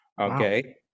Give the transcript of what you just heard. Okay